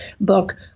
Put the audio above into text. book